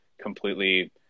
completely